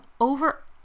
over